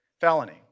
felony